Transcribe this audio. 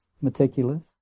meticulous